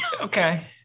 Okay